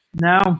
No